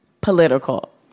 political